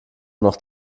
noch